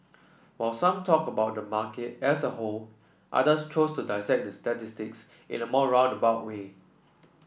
while some talked about the market as a whole others chose to dissect the statistics in a more roundabout way